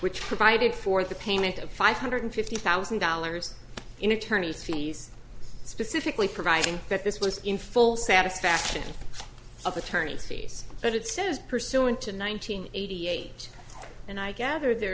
which provided for the payment of five hundred fifty thousand dollars in attorney's fees specifically providing that this was in full satisfaction of attorney's fees but it says pursuant to nine hundred eighty eight and i gather there